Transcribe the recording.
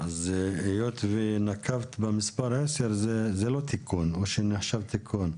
אז היות ונקבת במספר 10 זה לא תיקון או שנחשב תיקון?